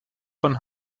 von